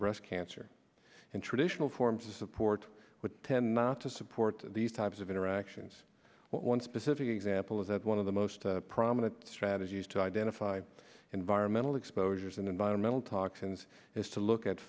breast cancer and traditional forms of support would tend not to support these types of interactions one specific example is that one of the most prominent strategies to identify environmental exposures in environmental toxins is to look at